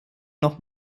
noch